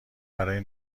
برای